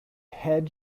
head